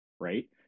right